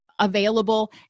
Available